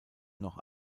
noch